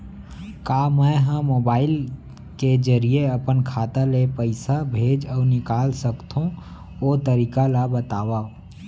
का मै ह मोबाइल के जरिए अपन खाता ले पइसा भेज अऊ निकाल सकथों, ओ तरीका ला बतावव?